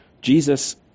Jesus